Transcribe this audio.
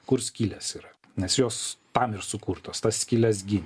kur skylės yra nes jos tam ir sukurtos tas skyles gi